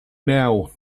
now